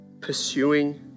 Pursuing